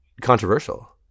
controversial